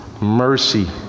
mercy